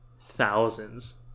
thousands